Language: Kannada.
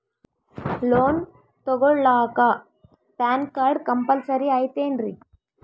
ಲೋನ್ ತೊಗೊಳ್ಳಾಕ ಪ್ಯಾನ್ ಕಾರ್ಡ್ ಕಂಪಲ್ಸರಿ ಐಯ್ತೇನ್ರಿ?